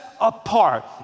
apart